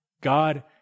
God